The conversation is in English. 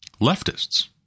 leftists